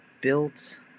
built